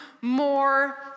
more